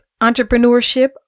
entrepreneurship